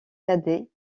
cadet